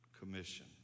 Commission